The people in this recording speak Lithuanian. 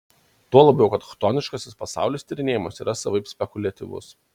tuo labiau kad chtoniškasis pasaulis tyrinėjimuose yra savaip spekuliatyvus